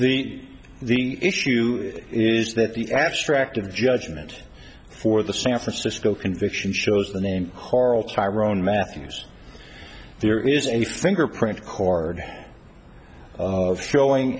the the issue is that the abstract of judgment for the san francisco conviction shows the name coral tyrone matthews there is a fingerprint cord showing